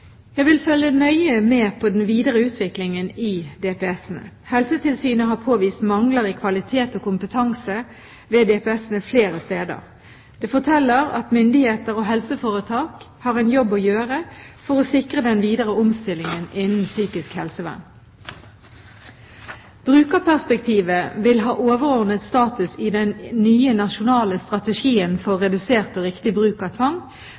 Jeg vil følge nøye med på den videre utviklingen i DPS-ene. Helsetilsynet har påvist mangler i kvalitet og kompetanse ved DPS-ene flere steder. Det forteller at myndigheter og helseforetak har en jobb å gjøre for å sikre den videre omstillingen innen psykisk helsevern. Brukerperspektivet vil ha overordnet status i den nye nasjonale strategien for redusert og riktig bruk av tvang,